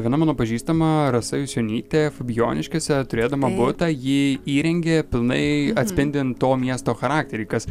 viena mano pažįstama rasa jusionytė fabijoniškėse turėdama butą jį įrengė pilnai atspindint to miesto charakterį kas